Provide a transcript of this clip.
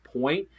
point